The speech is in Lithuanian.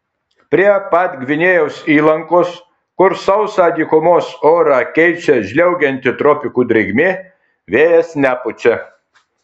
prie pat gvinėjos įlankos kur sausą dykumos orą keičia žliaugianti tropikų drėgmė vėjas nepučia